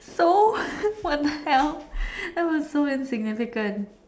so what the hell that was so insignificant